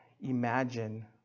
imagine